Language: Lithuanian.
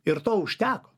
ir to užteko